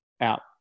out